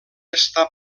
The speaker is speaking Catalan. està